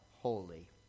holy